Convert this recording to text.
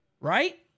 right